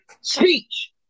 speech